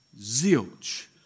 Zilch